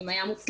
אם היה מוצלח.